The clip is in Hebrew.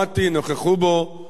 נכחו בו